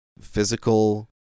physical